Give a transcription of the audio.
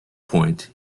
point